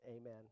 amen